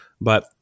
But-